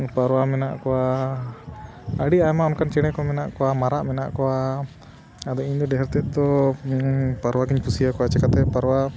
ᱯᱟᱣᱨᱟ ᱢᱮᱱᱟᱜ ᱠᱚᱣᱟ ᱟᱹᱰᱤ ᱟᱭᱢᱟ ᱚᱱᱠᱟᱱ ᱪᱮᱬᱮ ᱠᱚ ᱢᱮᱱᱟᱜ ᱠᱚᱣᱟ ᱢᱟᱨᱟᱜ ᱢᱮᱱᱟᱜ ᱠᱚᱣᱟ ᱟᱫᱚ ᱤᱧᱫᱚ ᱰᱷᱮᱨ ᱛᱮᱫ ᱫᱚ ᱯᱟᱣᱨᱟ ᱜᱤᱧ ᱠᱩᱥᱤᱭᱟᱠᱚᱣᱟ ᱪᱤᱠᱟᱹᱛᱮ ᱯᱟᱣᱨᱟ